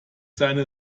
seine